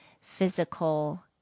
physical